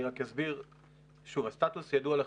אני רק אסביר, שוב, הסטטוס ידוע לכם.